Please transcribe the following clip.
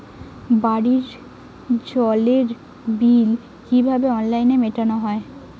বাড়ির জলের বিল কিভাবে অনলাইনে মেটানো যায়?